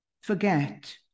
forget